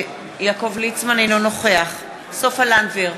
אינו נוכח סופה לנדבר,